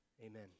Amen